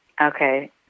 Okay